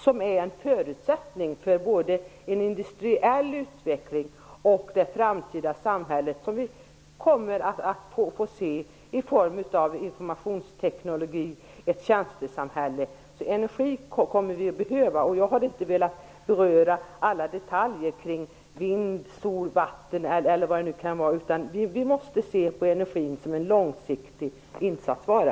Det är en förutsättning för en industriell utveckling och för det framtida samhället som kommer att bli ett informationssamhälle, ett tjänstesamhälle. Energi kommer vi att behöva. Jag har inte velat beröra alla detaljer kring vind, sol, vatten osv. Vi måste se energin som en långsiktig insatsvara.